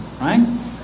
right